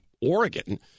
Oregon